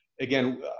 again